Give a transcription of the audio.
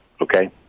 Okay